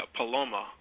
Paloma